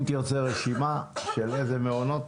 אם תרצה רשימה של איזה מעונות,